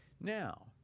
Now